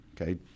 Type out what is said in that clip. okay